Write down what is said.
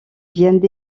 viennent